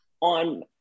on